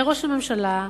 וראש הממשלה,